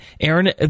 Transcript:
Aaron